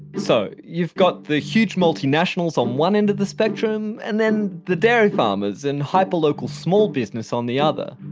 so you've got the huge multinationals on one end of the spectrum and then the dairy farmers and hyper-local small business on the other,